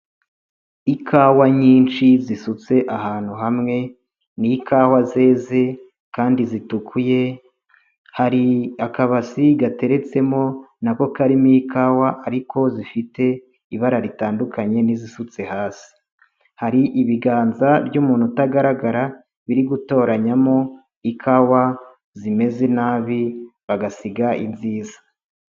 Ikawa nyinshi zisutse ahantu hamwe, nikawa zeze kandi zitukuye, hari akabasi gateretsemo nako karimo ikawa ariko zifite ibara ritandukanye n'izisutse hasi. Hari ibiganza by'umuntu utagaragara, biri gutoranyamo ikawa zimeze nabi bagasiga inziza.